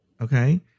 okay